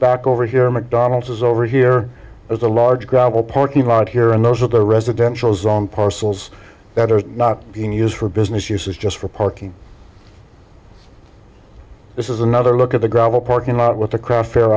back over here mcdonald says over here is a large gravel parking lot here and those are the residential zone parcels that are not being used for business uses just for parking this is another look at the gravel parking lot with